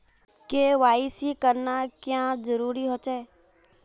KYC करना क्याँ जरुरी होचे?